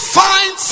find